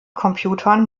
computern